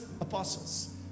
apostles